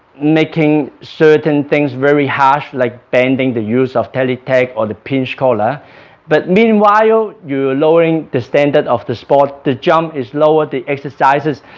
making certain things very harsh like banning the use of teletech or the pinch collar but meanwhile, you're lowering the standard of the sport the jump is lower the exercises